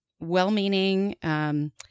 Well-meaning